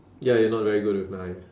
ya you're not very good with knife